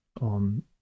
on